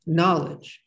knowledge